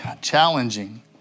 challenging